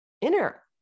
inner